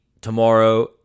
tomorrow